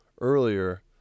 earlier